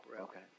Okay